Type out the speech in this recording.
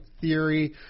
theory